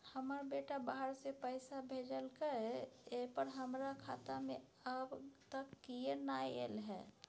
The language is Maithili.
हमर बेटा बाहर से पैसा भेजलक एय पर हमरा खाता में अब तक किये नाय ऐल है?